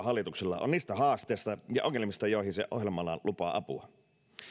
hallituksella on niistä haasteista ja ongelmista joihin se ohjelmallaan lupaa apua